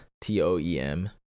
t-o-e-m